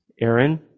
Aaron